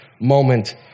moment